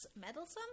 Meddlesome